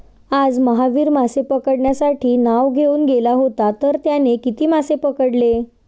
आज महावीर मासे पकडण्यासाठी नाव घेऊन गेला होता तर त्याने किती मासे पकडले?